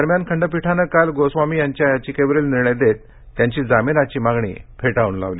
दरम्यान खंडपीठाने काल अर्णब गोस्वामी यांच्या याचिकेवरील निर्णय देत गोस्वामी यांची जामीनाची मागणी फेटाळून लावली